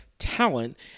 talent